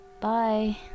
bye